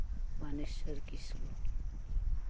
ᱵᱟᱱᱮᱥᱚᱨ ᱠᱤᱥᱠᱩ